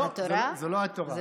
לא, זה לא התורה.